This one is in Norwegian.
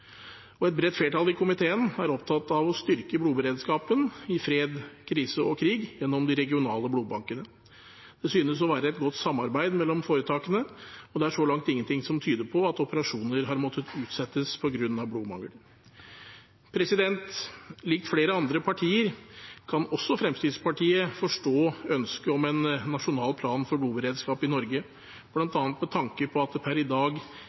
statsbudsjett. Et bredt flertall i komiteen er opptatt av å styrke blodberedskapen i fred, krise og krig gjennom de regionale blodbankene. Det synes å være et godt samarbeid mellom foretakene, og det er så langt ingenting som tyder på at operasjoner har måttet utsettes på grunn av blodmangel. Likt flere andre partier kan også Fremskrittspartiet forstå ønsket om en nasjonal plan for blodberedskap i Norge, bl.a. med tanke på at det per i dag